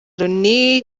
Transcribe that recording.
loni